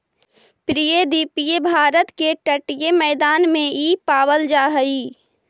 प्रायद्वीपीय भारत के तटीय मैदान में इ पावल जा हई